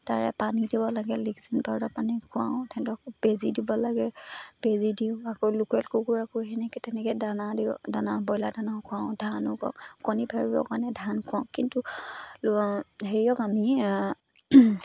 তাৰে পানী দিব লাগে লিক্সিং পাউদাৰ পানী খুৱাওঁ তেনেকৈ বেজী দিব লাগে বেজী দিওঁ আকৌ লোকেল কুকুৰাকো সেনেকৈ তেনেকৈ দানা দিওঁ দানা ব্ৰইলাৰ দানাও খুৱাওঁ ধানো খুৱাওঁ কণী পাৰিবৰ কাৰণে ধান খুৱাওঁ কিন্তু হেৰিয়ক আমি